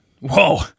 Whoa